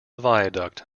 viaduct